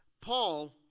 Paul